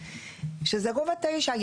שזה רובע תשע,